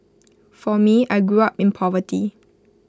for me I grew up in poverty